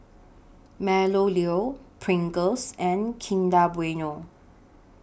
Meadowlea Pringles and Kinder Bueno